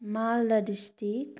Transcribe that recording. Malda district